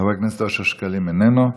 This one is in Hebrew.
חבר הכנסת אושר שקלים, איננו,